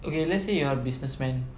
okay let's say you are businessman